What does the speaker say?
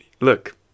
look